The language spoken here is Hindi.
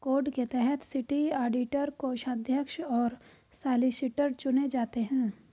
कोड के तहत सिटी ऑडिटर, कोषाध्यक्ष और सॉलिसिटर चुने जाते हैं